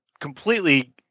completely